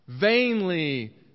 Vainly